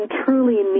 truly